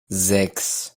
sechs